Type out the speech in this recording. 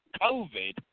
COVID